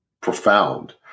profound